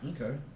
Okay